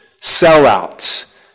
sellouts